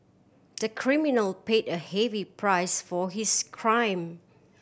the criminal paid a heavy price for his crime